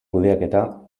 kudeaketa